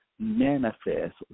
manifest